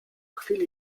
chwili